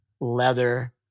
leather